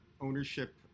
ownership